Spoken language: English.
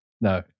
No